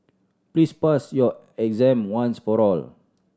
please pass your exam once for all